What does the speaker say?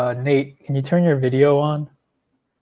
ah nate, can you turn your video on?